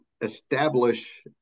establish